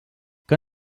que